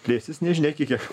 plėsis nežinia iki kiek